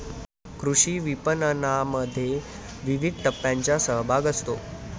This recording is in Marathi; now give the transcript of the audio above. कृषी विपणनामध्ये विविध टप्प्यांचा सहभाग असतो